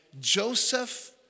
Joseph